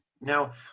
Now